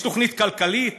יש תוכנית כלכלית